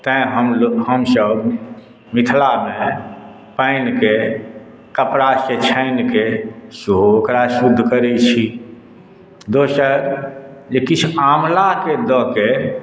तैं हम हमसभ मिथिलामे पानिक कपड़ासँ छानिके सेहो ओकरा शुद्ध करै छी दोसर जे किछु आमलाके दऽ के